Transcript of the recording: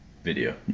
video